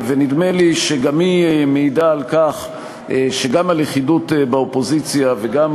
ונדמה לי שגם היא מעידה על כך שגם הלכידות באופוזיציה וגם